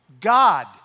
God